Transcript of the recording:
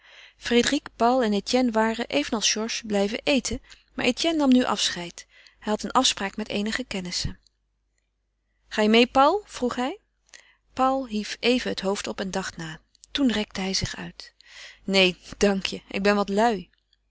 frédérique paul en etienne waren evenals georges blijven eten maar etienne nam nu afscheid hij had een afspraak met eenige kennissen ga je meê paul vroeg hij paul hief even het hoofd op en dacht na toen rekte hij zich uit neen dank je ik ben wat lui